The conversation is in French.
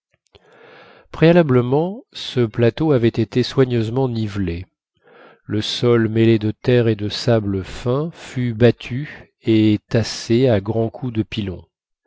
préalablement ce plateau avait été soigneusement nivelé le sol mêlé de terre et de sable fin fut battu et tassé à grands coups de pilon